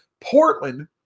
Portland